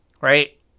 right